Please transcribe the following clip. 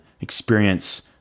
experience